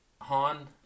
Han